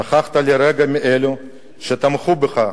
שכחת לרגע את אלו שתמכו בך,